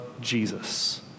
Jesus